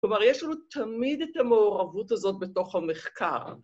כלומר, יש לנו תמיד את המעורבות הזאת בתוך המחקר.